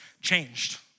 changed